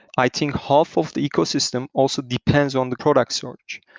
i think half of the ecosystem also depends on the product search.